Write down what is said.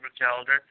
calendar